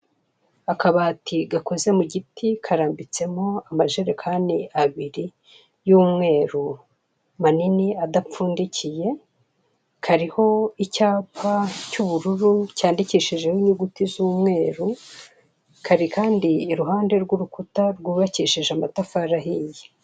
Akabati gakoze mu giti karambitsemo amajerekani abiri y'umweru manini adapfundikiye, kariho icyapa cy'ubururu cyandikishijeho inyuguti z'umweru kari kandi iruhande rw'urukuta rwubakishije amatafari ahiye.